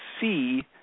see